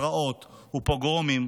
פרעות ופוגרומים